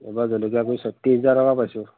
এইবাৰ জলকীয়া কৰি ছয়ত্ৰিছ হাজাৰ টকা পাইছোঁ